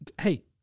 Hey